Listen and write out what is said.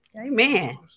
Amen